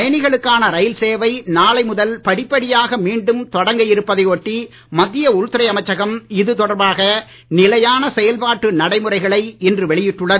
பயணிகளுக்கான ரயில் சேவை நாளை முதல் படிப்படியாக மீண்டும் தொடங்க இருப்பதை ஒட்டி மத்திய உள்துறை அமைச்சகம் இது தொடர்பாக நிலையான செயல்பாட்டு நடைமுறைகளை இன்று வெளியிட்டுள்ளது